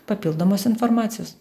papildomos informacijos